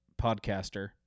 podcaster